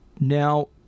Now